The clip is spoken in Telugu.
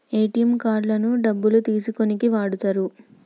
ఏటీఎం కార్డులను డబ్బులు తీసుకోనీకి వాడతరు